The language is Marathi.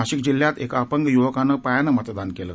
नाशिक जिल्ह्यात एका अपंग य्वकानं पायानं मतदान केलं